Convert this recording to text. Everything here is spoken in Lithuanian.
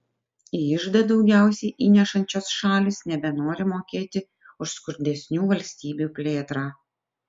į iždą daugiausiai įnešančios šalys nebenori mokėti už skurdesnių valstybių plėtrą